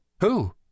Who